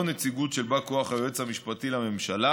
נציגות של בא כוח היועץ המשפטי לממשלה,